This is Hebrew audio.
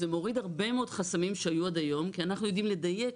זה מוריד הרבה מאוד חסמים שהיו עד היום כי אנחנו יודעים לדייק